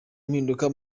impinduka